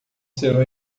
são